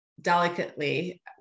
delicately